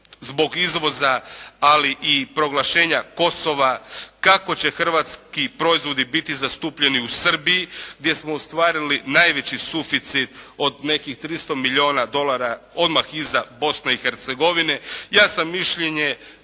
zbog izvoza ali i proglašenja Kosova kako će hrvatski proizvodi biti zastupljeni u Srbiji gdje smo ostvarili najveći suficid od nekih 300 milijuna dolara, odmah iza Bosne i Hercegovine. Ja sam mišljenja